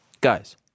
Guys